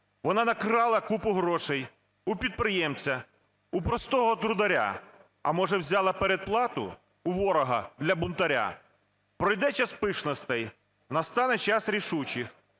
Вона накрала купу грошей у підприємця, у простого трударя, а може, взяла передплату у ворога для бунтаря? Пройде час пишностей, настане час рішучих,